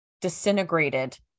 disintegrated